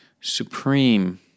supreme